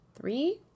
three